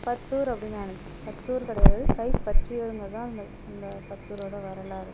Batur அப்படின்னு ஆணுச்சி பத்தூர் கிடயாது கைப்பற்றியூருங்கிறது தான் அந்த பத்தூரோட வரலாறு